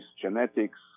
genetics